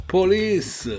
Police